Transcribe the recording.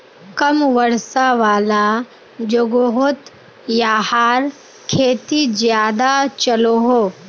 कम वर्षा वाला जोगोहोत याहार खेती ज्यादा चलोहो